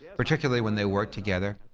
particularly when they worked together.